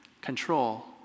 control